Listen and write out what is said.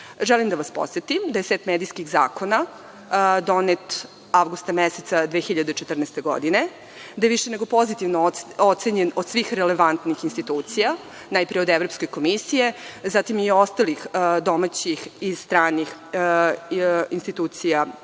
Želim da vas podsetim da je set medijskih zakona donet avgusta meseca 2014. godine, da je više nego pozitivno ocenjen od svih relevantnih institucija, najpre od Evropske komisije, zatim i od ostalih domaćih i stranih institucija